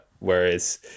Whereas